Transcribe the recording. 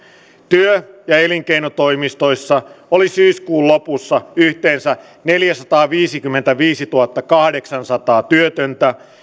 työ ja elinkeinotoimistoissa oli syyskuun lopussa yhteensä neljäsataaviisikymmentäviisituhattakahdeksansataa työtöntä